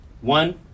one